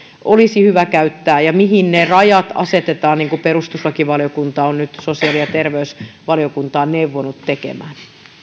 olisi hyvä käyttää ja mihin ne rajat asetetaan niin kuin perustuslakivaliokunta on nyt sosiaali ja terveysvaliokuntaa neuvonut tekemään